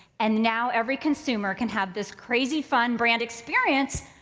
and now every consumer can have this crazy fun brand experience,